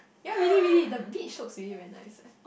ya really really the beach looks really very nice eh